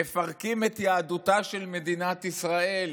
מפרקים את יהדותה של מדינת ישראל,